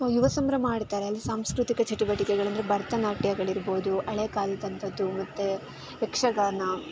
ಯುವ ಸಂಭ್ರಮ ಆಡ್ತಾರೆ ಅಲ್ಲಿ ಸಾಂಸ್ಕೃತಿಕ ಚಟುವಟಿಕೆಗಳು ಅಂದರೆ ಭರತನಾಟ್ಯಗಳಿರ್ಬೋದು ಹಳೆ ಕಾಲದಂಥದ್ದು ಮತ್ತು ಯಕ್ಷಗಾನ